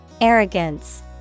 Arrogance